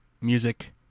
Music